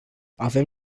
avem